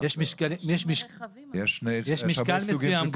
יש משקל מסוים,